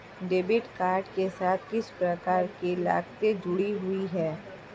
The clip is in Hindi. डेबिट कार्ड के साथ किस प्रकार की लागतें जुड़ी हुई हैं?